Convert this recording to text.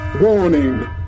Warning